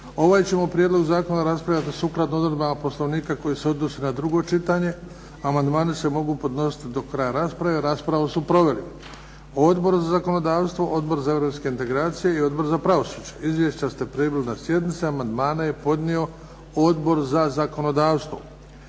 Ovaj ćemo prijedlog zakona raspravljati sukladno odredbama Poslovnika koji se odnosi na drugo čitanje. Amandmani se mogu podnositi do kraja rasprave. Raspravu su proveli Odbor za zakonodavstvo, Odbor za europske integracije i Odbor za pravosuđe. Izvješća ste primili na sjednici. Amandmane je podnio Odbor za zakonodavstvo.